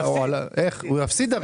הרי הוא יפסיד.